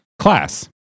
Class